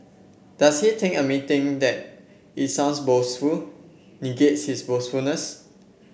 does he think admitting that it sounds boastful negates his boastfulness